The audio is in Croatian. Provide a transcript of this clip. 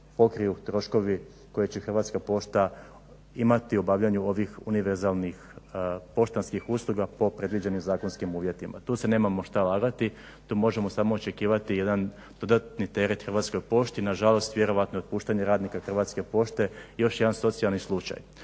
pokriju troškovi koje će Hrvatska pošta imati u obavljanju ovih univerzalnih poštanskih usluga po predviđenim zakonskim uvjetima. Tu se nemamo šta lagati tu možemo samo očekivati jedan dodatni teret Hrvatskoj pošti. Nažalost vjerojatno je otpuštanje radnika Hrvatske pošte još jedan socijalan slučaj.